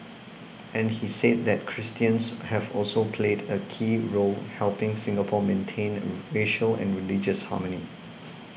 and he said that Christians have also played a key role helping Singapore maintain racial and religious harmony